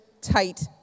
tight